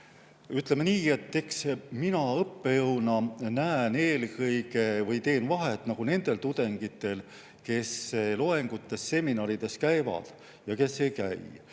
Ütleme nii, et eks mina õppejõuna eelkõige teen vahet nendel tudengitel, kes loengutes ja seminarides käivad ja kes ei käi.